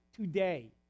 today